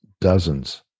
dozens